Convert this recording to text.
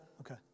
Okay